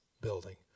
building